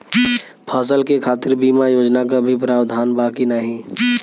फसल के खातीर बिमा योजना क भी प्रवाधान बा की नाही?